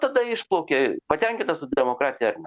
tada išplaukia patenkintas tu demokratija ar ne